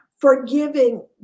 forgiving